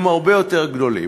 הם הרבה יותר גדולים,